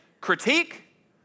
Critique